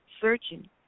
Searching